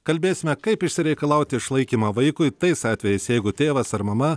kalbėsime kaip išsireikalauti išlaikymą vaikui tais atvejais jeigu tėvas ar mama